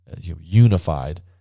unified